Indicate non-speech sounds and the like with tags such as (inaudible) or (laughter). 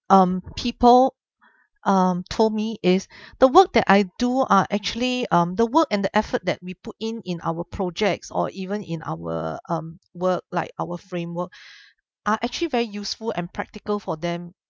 um people um told me is the work that I do are actually um the work and the effort that we put in in our projects or even in our um work like our framework (breath) are actually very useful and practical for them